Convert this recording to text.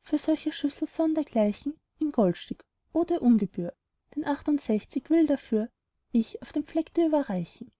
für solche schüssel sondergleichen ein goldstück o der ungebühr denn achtundsechzig will dafür ich auf dem fleck dir überreichen